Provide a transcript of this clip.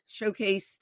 showcased